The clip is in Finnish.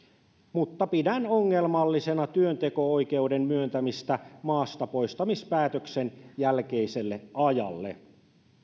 pidän ongelmallisena työnteko oikeuden myöntämistä maastapoistamispäätöksen jälkeiselle ajalle